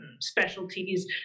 specialties